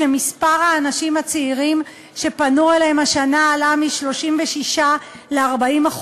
מספר האנשים הצעירים שפנו אליהם השנה עלה מ-36% ל-40%.